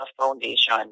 foundation